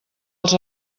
els